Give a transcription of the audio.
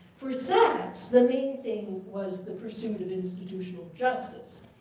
for sachs, the main thing was the pursuit of institutional justice.